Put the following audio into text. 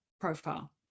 profile